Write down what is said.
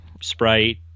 Sprite